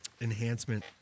enhancement